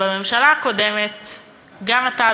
בממשלה הקודמת גם אתה,